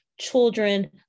children